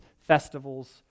festivals